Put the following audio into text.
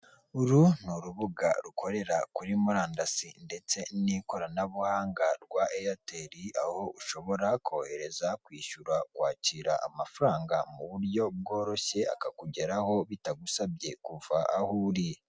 Uru ni urubuga rukorera kuri murandasi ndetse n'ikoranabuhanga rwa eyateri aho ushobora kohereza, kwishyura, kwakira amafaranga mu buryo bworoshye akakugeraho bitagusabye kuva aho uri.